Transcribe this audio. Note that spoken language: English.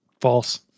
False